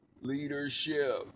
Leadership